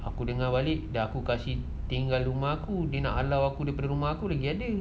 aku dengar balik dah aku kasi tinggal rumah aku dia nak halau aku daripada rumah aku